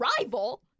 rival